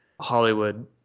Hollywood